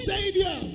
Savior